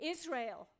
Israel